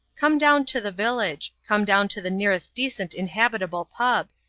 come down to the village. come down to the nearest decent inhabitable pub.